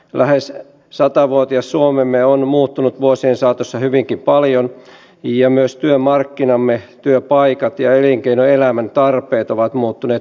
lähes satavuotias suomemme on muuttunut vuosien saatossa hyvinkin paljon ja myös työmarkkinamme työpaikat ja elinkeinoelämän tarpeet ovat muuttuneet huomattavasti